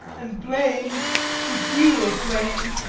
and blame the due of blame.